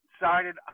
decided